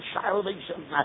salvation